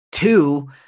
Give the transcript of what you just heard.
Two